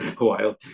wild